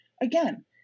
again